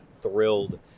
thrilled